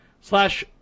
slash